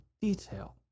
detail